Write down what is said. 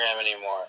anymore